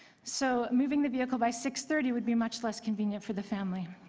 so moving the vehicle by six thirty would be much less convenient for the family.